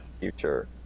future